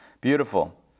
Beautiful